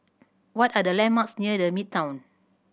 what are the landmarks near The Midtown